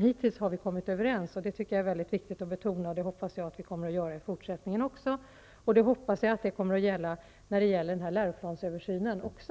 Hittills har vi kommit överens. Det är viktigt att betona. Det hoppas jag att vi kommer att göra i fortsättningen också, och att det även kommer att gälla läroplansöversynen och